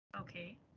Okay